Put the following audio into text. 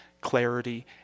clarity